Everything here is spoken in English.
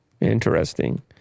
Interesting